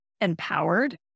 empowered